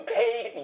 paid